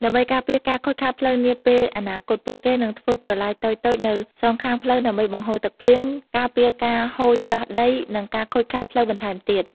ដើម្បីការពារការខូចខាតផ្លូវនាពេលអនាគត ពួកគេនឹងធ្វើប្រឡាយតូចៗនៅសងខាងផ្លូវដើម្បីបង្ហូរទឹកភ្លៀង ការពារការហូរច្រោះដី និងការខូចខាតផ្លូវបន្ថែមទៀត។